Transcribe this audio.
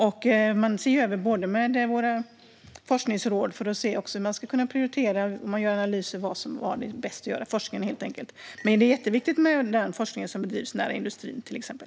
Man ser även över våra forskningsråd för att se hur man ska kunna prioritera. Man gör helt enkelt analyser av var det är bäst att bedriva forskningen. Det är dock jätteviktigt med den forskning som bedrivs nära industrin, till exempel.